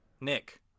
Nick